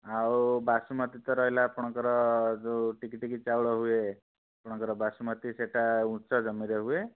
ଆଉ ବାସୁମତି ତ ରହିଲା ଆପଣଙ୍କର ଯେଉଁ ଟିକି ଟିକି ଚାଉଳ ହୁଏ ଆପଣଙ୍କର ବାସୁମତି ସେଇଟା ଉଚ୍ଚ ଜମିରେ ହୁଏ